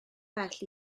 bell